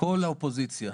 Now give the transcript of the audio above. כל האופוזיציה.